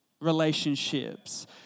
relationships